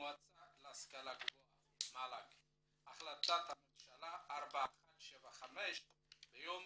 ולמועצה להשכלה גבוהה - החלטת ממשלה 4175 מיום